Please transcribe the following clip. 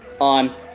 on